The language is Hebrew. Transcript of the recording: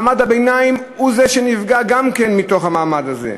מעמד הביניים נפגע גם כן מתוך זה.